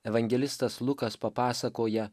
evangelistas lukas papasakoja